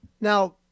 now